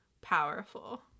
powerful